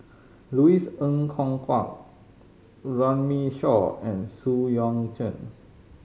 Louis Ng Kok Kwang Runme Shaw and Xu Yuan Zhen